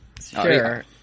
Sure